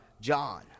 John